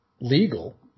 legal